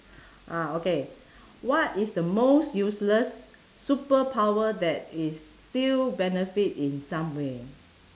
ah okay what is the most useless superpower that is still benefit in some way